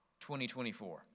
2024